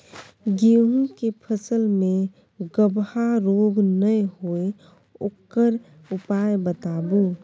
गेहूँ के फसल मे गबहा रोग नय होय ओकर उपाय बताबू?